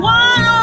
one